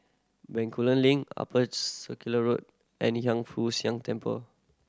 Bencoolen Link Upper Circular Road and Hiang Foo Siang Temple